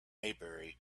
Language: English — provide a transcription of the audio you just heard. maybury